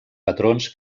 patrons